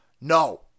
No